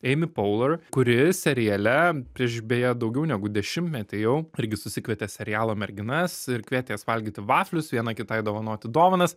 eimi poular kuri seriale prieš beje daugiau negu dešimtmetį jau irgi susikvietė serialo merginas ir kvietė jas valgyti vaflius viena kitai dovanoti dovanas